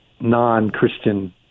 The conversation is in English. non-Christian